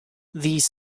these